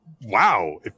wow